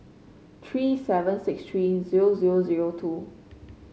three seven six three zero zero zero two